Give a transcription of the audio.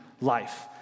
life